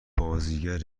بازیگر